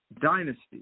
dynasty